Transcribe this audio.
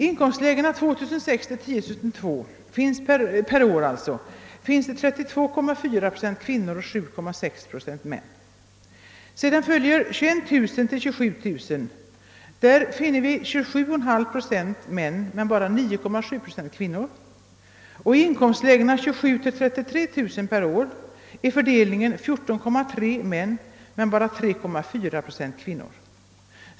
I inkomstlägena 2600-10 200 kronor per år finns 32,4 procent kvinnor och 7,6 procent män. Sedan följer 21 000—27 000 kronor där vi finner 27,5 procent män men bara 9,7 procent kvinnor. I inkomstlägena 27 000—33 000 kronor per år är fördelningen 14,3 procent män men endast 3,4 procent kvinnor.